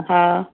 हा